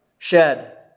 shed